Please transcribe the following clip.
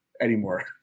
anymore